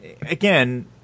again